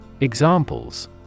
Examples